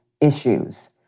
issues